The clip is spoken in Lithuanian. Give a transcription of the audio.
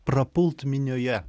prapult minioje